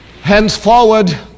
Henceforward